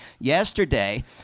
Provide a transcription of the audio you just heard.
yesterday